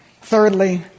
Thirdly